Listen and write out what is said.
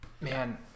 Man